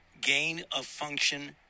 gain-of-function